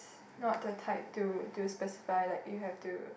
not the type to to specify like you have to